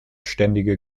ständige